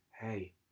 hey